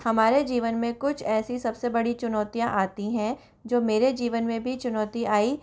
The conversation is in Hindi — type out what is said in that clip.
हमारे जीवन में कुछ ऐसी सब से बड़ी चुनौतियाँ आती हैं जो मेरे जीवन में भी चुनौती आई